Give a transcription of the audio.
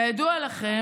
כידוע לכם,